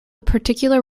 particular